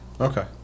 Okay